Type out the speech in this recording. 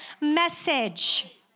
message